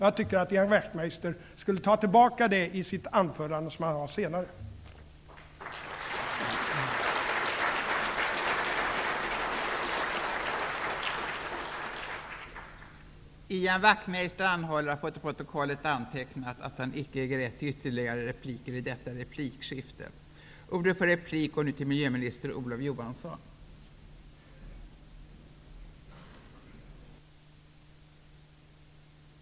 Jag tycker att Ian Wachtmeister borde ta tillbaka detta i sitt anförande, som han senare skall hålla.